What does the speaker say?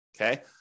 okay